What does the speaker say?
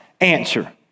answer